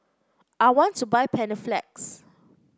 I want to buy Panaflex